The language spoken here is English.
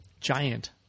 giant